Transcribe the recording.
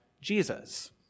Jesus